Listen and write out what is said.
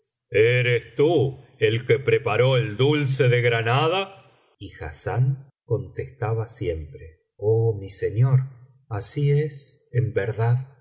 eres tú el que preparó el dulce de granada y hassán contestaba siempre oh mi señor así es en verdad